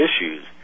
issues